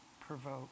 provoke